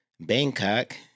Bangkok